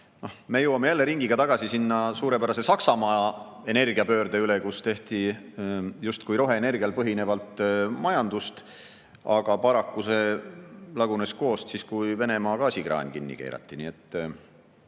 Me jõuame jälle ringiga tagasi suurepärase Saksamaa energiapöörde juurde. Seal tehti justkui roheenergial põhinevat majandust. Paraku lagunes see koost siis, kui Venemaa gaasikraan kinni keerati.